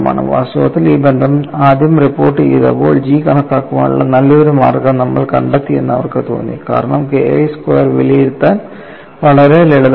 വാസ്തവത്തിൽ ഈ ബന്ധം ആദ്യം റിപ്പോർട്ടുചെയ്തപ്പോൾ G കണക്കാക്കാനുള്ള നല്ലൊരു മാർഗ്ഗം നമ്മൾ കണ്ടെത്തിയെന്ന് അവർക്ക് തോന്നി കാരണം KI സ്ക്വയർ വിലയിരുത്താൻ വളരെ ലളിതമാണ്